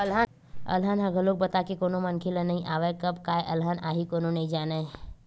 अलहन ह घलोक बता के कोनो मनखे ल नइ आवय, कब काय अलहन आही कोनो नइ जानय